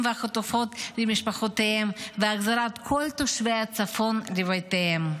והחטופות למשפחותיהם והחזרת כל תושבי הצפון לבתיהם.